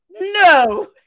no